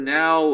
now